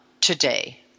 today